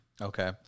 Okay